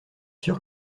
sûr